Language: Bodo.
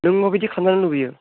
नों माबायदि खालामजानो लुगैयो